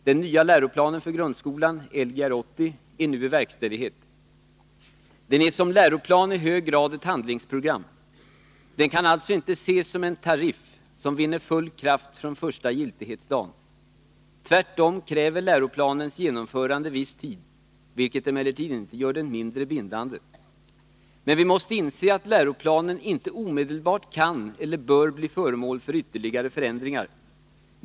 Den nya läroplanen för grundskolan — Lgr 80—- är nu i verkställighet. Den är som läroplan i hög grad ett handlingsprogram. Den kan alltså inte ses som en tariff som vinner full kraft från första giltighetsdagen. Tvärtom kräver läroplanens genomförande viss tid, vilket emellertid inte gör den mindre bindande. Men vi måste inse att läroplanen inte omedelbart kan eller bör bli föremål för ytterligare förändringar.